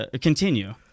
Continue